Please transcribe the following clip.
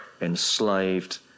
enslaved